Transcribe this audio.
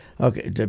Okay